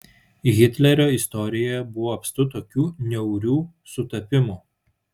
hitlerio istorijoje buvo apstu tokių niaurių sutapimų